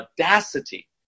audacity